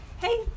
hey